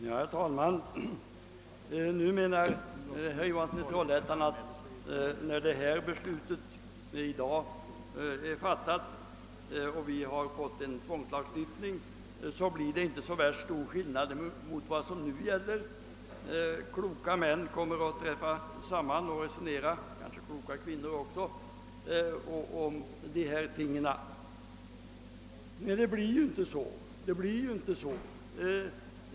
Herr talman! Herr Johansson i Trollhättan anser att sedan beslut i dag fattats och vi fått en tvångslagstiftning blir det inte så stor skillnad i förhållande till vad som nu gäller. Kloka män — och kanske kloka kvinnor också — kommer att träffas och resonera om dessa ting även i fortsättningen, menar herr Johansson i Trollhättan. Men det blir ju inte så.